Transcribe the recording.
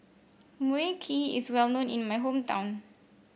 Mui Kee is well known in my hometown